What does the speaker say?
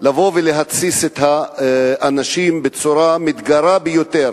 לבוא ולהתסיס את האנשים בצורה מתגרה ביותר.